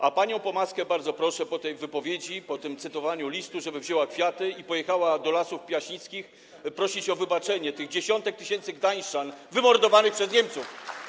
A panią Pomaską bardzo proszę po tej wypowiedzi, po tym zacytowaniu listu, żeby wzięła kwiaty i pojechała do lasów piaśnickich prosić o wybaczenie te dziesiątki tysięcy gdańszczan wymordowanych przez Niemców.